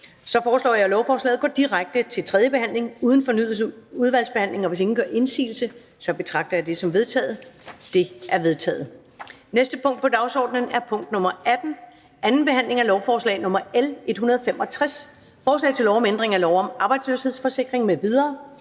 Så foreslår jeg, at lovforslaget går direkte til tredje behandling uden fornyet udvalgsbehandling. Og hvis ingen gør indsigelse, betragter jeg dette som vedtaget. Det er vedtaget. --- Det næste punkt på dagsordenen er: 20) 2. behandling af lovforslag nr. L 143: Forslag til lov om tillægsbevilling for finansåret